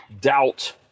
doubt